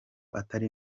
atari